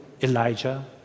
Elijah